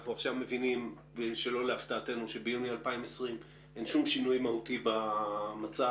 אנחנו עכשיו מבינים שלא להפתעתנו שביוני 2020 אין שום שינוי מהותי במצב.